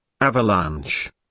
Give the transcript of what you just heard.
avalanche